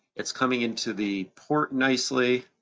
it's coming into the port nicely.